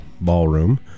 Ballroom